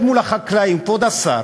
באמת,